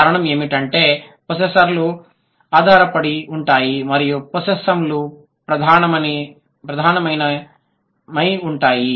కారణం ఏమిటంటే పొస్సెస్సార్లు ఆధారపడి ఉంటాయి మరియు పొస్సెస్సామ్లు ప్రధానమై ఉంటాయి